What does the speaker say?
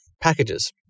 packages